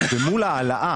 ומול העלאה.